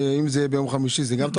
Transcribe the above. אם זה יהיה ביום חמישי זה גם טוב?